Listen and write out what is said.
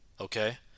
okay